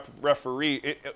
referee